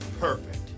perfect